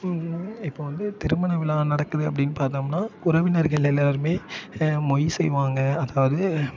இப்போ வந்து திருமண விழா நடக்குது அப்படின்னு பார்த்தோம்னா உறவினர்கள் எல்லாேருமே மொய் செய்வாங்க அதாவது